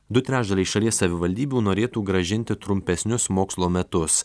du trečdaliai šalies savivaldybių norėtų grąžinti trumpesnius mokslo metus